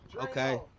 Okay